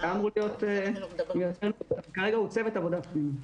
הוא צוות עבודה פנימי.